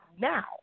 now